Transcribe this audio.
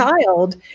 child